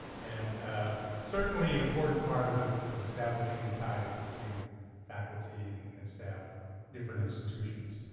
and ah certainly an important part of so of establishing ties between faculty and and staff from different institutions.